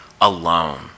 alone